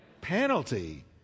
Penalty